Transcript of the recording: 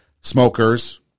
smokers